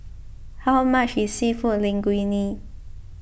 how much is Seafood Linguine